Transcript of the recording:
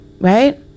Right